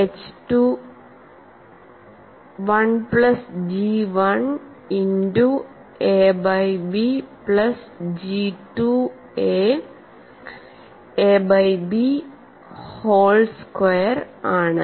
H 2 1 plus G 1 into A by B plus G 2 A by B whole square ആണ്